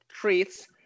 treats